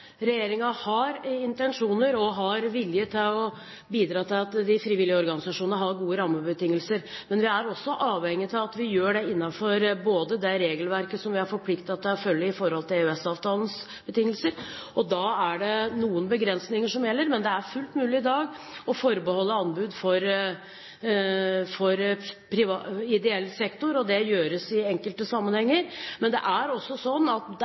har intensjoner om og vilje til å bidra til at de frivillige organisasjonene har gode rammebetingelser. Men vi er avhengig av at vi gjør det innenfor det regelverket som vi er forpliktet til å følge etter EØS-avtalen, og da er det noen begrensinger som gjelder. Det er fullt mulig i dag å forbeholde anbud for ideell sektor, og det gjøres i enkelte sammenhenger. Men det er mange private bedrifter som gjør et godt arbeid innenfor helse- og omsorgssektoren, som vi også